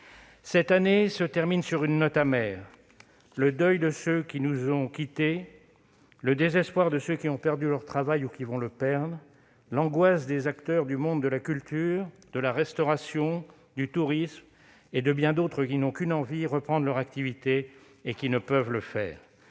Cette année se termine sur une note amère, entre le deuil de ceux qui nous ont quittés, le désespoir de ceux qui ont perdu leur travail ou qui vont le perdre, l'angoisse des acteurs du monde de la culture, de la restauration, du tourisme et de bien d'autres qui n'ont qu'une envie, reprendre leur activité, mais qui ne peuvent le faire.